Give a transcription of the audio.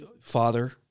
Father